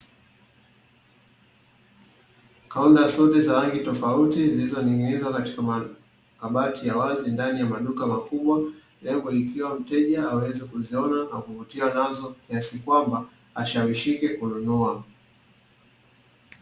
Kaunda suti za rangi tofauti zilizoning'inizwa katika makabati ya wazi ndani ya duka kubwa, kwa ajili ya mteja aweze kuziona na kuvutiwa nazo kiasi kwamba ashawishike kununua.